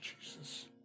Jesus